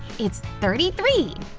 it's thirty three!